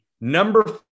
Number